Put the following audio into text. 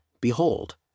Behold